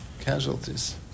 casualties